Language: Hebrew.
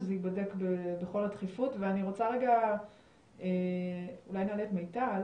שזה ייבדק בכל הדחיפות ואני רוצה אולי להעלות את מיטל